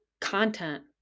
content